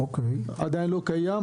זה עדיין לא קיים,